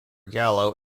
gallo